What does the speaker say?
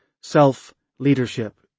self-leadership